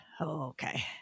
okay